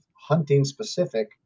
hunting-specific